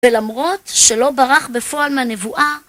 ולמרות שלא ברח בפועל מהנבואה